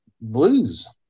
blues